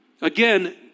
Again